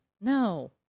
no